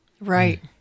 Right